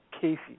Casey